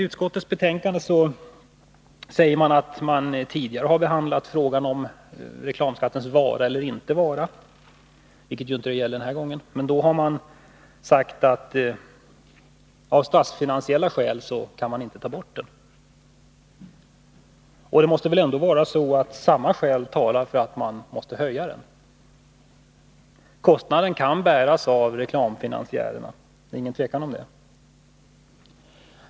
Utskottet säger i sitt betänkande att man tidigare behandlat frågan om reklamskattens vara eller icke vara, något som det ju inte gäller den här gången. Då har man sagt att man av statsfinansiella skäl inte kan ta bort denna skatt. Det måste väl ändå vara så att samma skäl talar för att man höjer skatten. Kostnaden kan bäras av reklamfinansiärerna — det är inget tvivel om det.